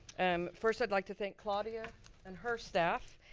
um first i'd like to thank claudia and her staff,